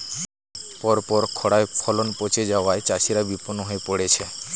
পরপর খড়ায় ফলন পচে যাওয়ায় চাষিরা বিষণ্ণ হয়ে পরেছে